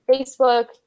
Facebook